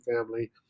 family